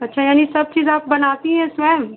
अच्छा यानी सब चीज़ आप बनाती हैं स्वयं